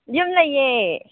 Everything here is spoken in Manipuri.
ꯌꯨꯝ ꯂꯩꯌꯦ